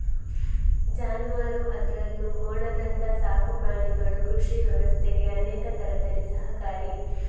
ಜಾನುವಾರು ಅದ್ರಲ್ಲೂ ಕೋಣದಂತ ಸಾಕು ಪ್ರಾಣಿಗಳು ಕೃಷಿ ವ್ಯವಸ್ಥೆಗೆ ಅನೇಕ ತರದಲ್ಲಿ ಸಹಕಾರಿ